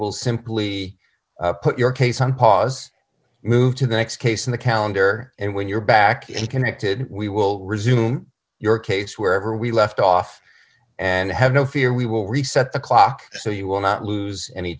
will simply put your case on pause move to the next case in the calendar and when you're back in connected we will resume your case wherever we left off and have no fear we will reset the clock so you will not lose any